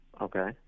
Okay